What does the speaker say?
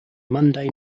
monday